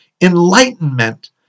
Enlightenment